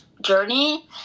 journey